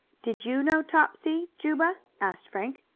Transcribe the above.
did you know topsy, juba? asked frank.